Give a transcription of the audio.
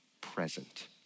present